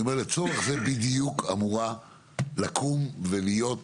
לצורך זה בדיוק אמורה לקום ולהיות